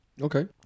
Okay